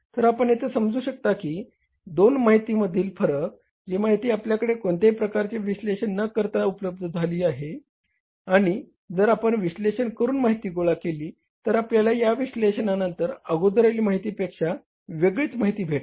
तर आपण येथे समजू शकता की दोन माहितीमधील फरक जी माहिती आपल्याकडे कोणत्याही प्रकारच्या विश्लेषण न करता उपलब्ध झालेली माहिती आहे आणि जर आपण विश्लेषण करून माहिती गोळा केली तर आपल्याला या विश्लेषणानंतर अगोदरील माहिती पेक्षा वेगळीच माहिती भेटेल